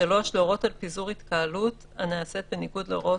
(3)להורות על פיזור התקהלות הנעשית בניגוד להוראות